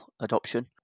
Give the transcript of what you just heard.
adoption